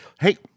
Hey